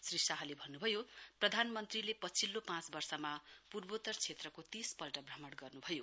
श्री शाहले भन्न्भयो प्रधानमन्त्रीले पछिल्लो पाँच वर्षमा पूर्वोत्तर क्षेत्रको तीस पल्ट भ्रमण गर्नुभयो